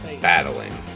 battling